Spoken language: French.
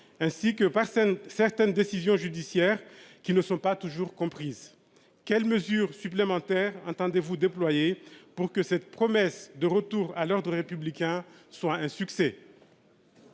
ainsi que par certaines décisions judiciaires qui ne sont pas toujours. Comprise. Quelles mesures supplémentaires attendez-vous déployés pour que cette promesse de retour à l'ordre républicain soit un succès.